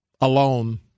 alone